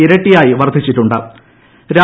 ഇരട്ടിയായി വർദ്ധിച്ചിട്ടു ്